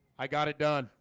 i got it done